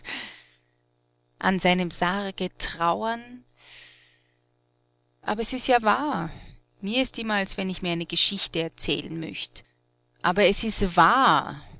an seinem sarge trauern aber es ist ja wahr mir ist immer als wenn ich mir eine geschichte erzählen möcht aber es ist wahr